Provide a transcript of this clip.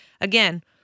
again